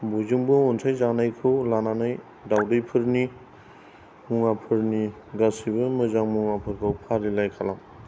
बयजोंबो अनसायजानायखौ लानानै दावदैफोरनि मुवाफोरनि गासैबो मोजां मुवाफोरखौ फारिलाइ खालाम